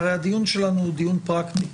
הרי הדיון שלנו הוא דיון פרקטי.